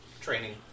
training